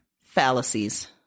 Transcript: Fallacies